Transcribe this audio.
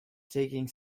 taking